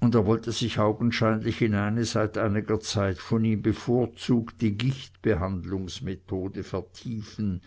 und er wollte sich augenscheinlich in eine seit einiger zeit von ihm bevorzugte gichtbehandlungsmethode vertiefen